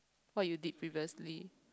what you did previously